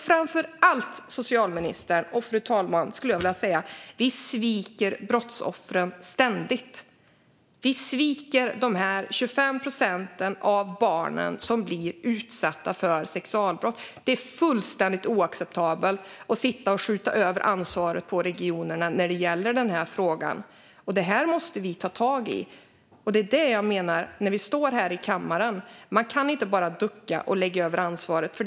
Framför allt, socialministern och fru talman, sviker vi brottsoffren ständigt. Vi sviker de 25 procent av alla barn som blir utsatta för sexualbrott. Det är fullständigt oacceptabelt att skjuta över ansvaret för frågan på regionerna. Det här måste vi ta tag i. När vi står här i kammaren kan man inte bara ducka och lägga över ansvaret på någon annan.